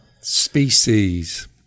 species